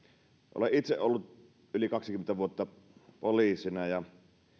olen itse ollut yli kaksikymmentä vuotta poliisina ja